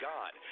God